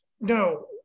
No